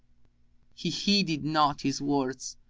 he heeded not his words,